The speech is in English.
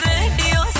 Radio